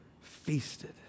feasted